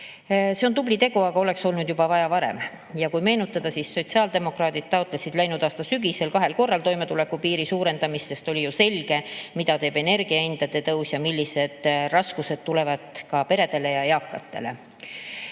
See on tubli tegu, aga seda oleks olnud juba varem vaja. Kui meenutada, siis sotsiaaldemokraadid taotlesid läinud aasta sügisel kahel korral toimetulekutoetuse piiri tõstmist, sest oli ju selge, mida teeb energiahindade tõus ja millised raskused tulevad peredele ja eakatele.